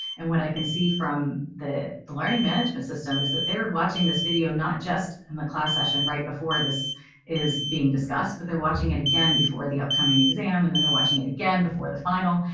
and what i can see from that, the learning management system is that they're watching this video, not just in the class session right before this is being discussed, but they're watching it again before the upcoming exam and then they're watching it again before the final.